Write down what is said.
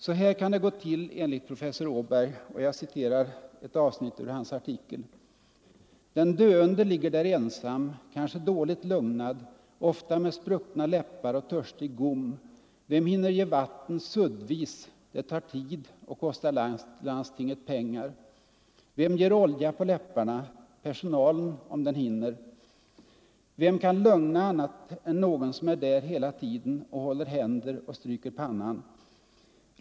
Så här kan det gå till enligt professor Åberg — jag citerar ett avsnitt ur hans artikel: ”Den döende ligger där ensam, kanske dåligt lugnad, ofta med spruckna läppar och törstig gom. Vem hinner ge vatten suddvis — det tar tid och kostar landstinget pengar. Vem ger olja på läpparna — personalen om den hinner. Vem kan lugna annat än någon som är där hela tiden och håller händer och stryker pannan?